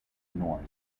north